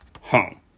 home